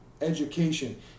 education